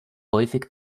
häufig